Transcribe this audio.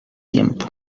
tiempo